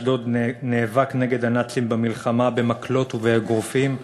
מאשדוד נאבק נגד הנאצים במלחמה במקלות ובאגרופים,